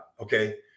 Okay